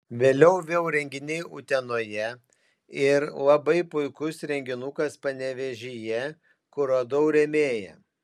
vėliau vėl renginiai utenoje ir labai puikus renginukas panevėžyje kur radau rėmėją